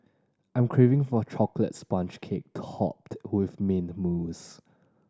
I am craving for a chocolate sponge cake topped with mint mousse